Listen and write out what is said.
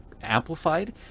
amplified